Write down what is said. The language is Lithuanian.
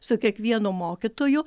su kiekvienu mokytoju